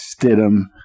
Stidham